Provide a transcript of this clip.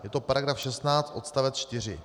Je to § 16 odst. 4.